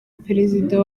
perezida